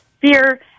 fear